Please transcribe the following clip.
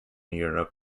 europe